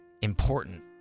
important